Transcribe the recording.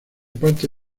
parte